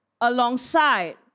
alongside